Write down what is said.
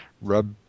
rub